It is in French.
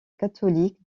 catholique